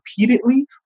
repeatedly